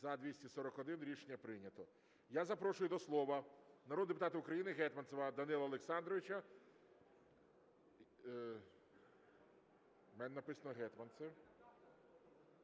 За-241 Рішення прийнято. Я запрошую до слова народного депутата України Гетманцева Данила Олександровича. У мене написано - Гетманцев.